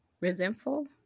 Resentful